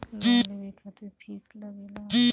Loan लेवे खातिर fees लागेला?